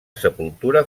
sepultura